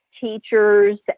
teachers